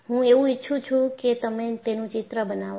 હું એવું ઈચ્છું છું કે તમે તેનું ચિત્ર બનાવો